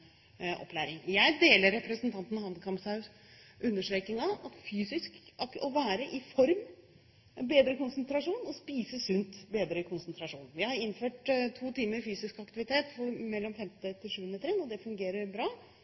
opplæring. Jeg deler representanten Hanekamhaugs understreking av at å være i form og å spise sunt bedrer konsentrasjonen. Vi har innført to timer fysisk aktivitet for 5.–7. trinn – det fungerer bra